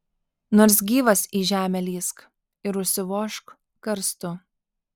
nors gyvas į žemę lįsk ir užsivožk karstu